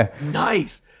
Nice